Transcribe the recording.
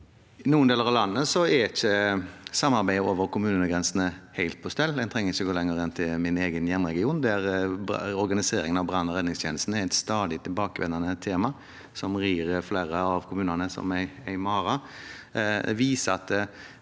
I noen deler av landet er ikke samarbeidet over kommunegrensene helt på stell. En trenger ikke gå lenger enn til min egen hjemregion, der organiseringen av brann- og redningstjenesten er et stadig tilbakevendende tema, som rir flere av kommunene som en mare.